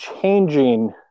changing